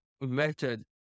method